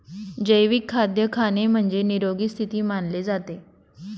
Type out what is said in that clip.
जैविक खाद्य खाणे म्हणजे, निरोगी स्थिती मानले जाते